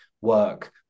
work